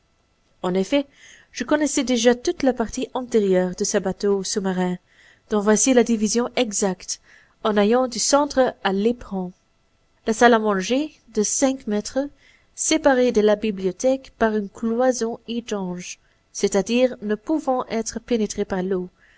en effet je connaissais déjà toute la partie antérieure de ce bateau sous-marin dont voici la division exacte en allant du centre à l'éperon la salle à manger de cinq mètres séparée de la bibliothèque par une cloison étanche c'est-à-dire ne pouvant être pénétrée par l'eau